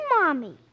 Mommy